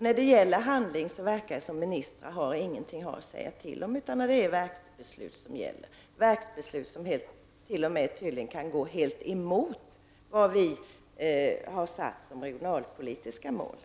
När det gäller handling verkar det som om ministrar inte har något att säga till om, att det är verksbeslut som gäller. Det är verksbeslut som tydligt t.o.m. kan gå emot vad vi i riksdagen har satt som regionalpolitiska mål.